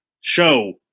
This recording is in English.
show